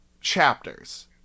Chapters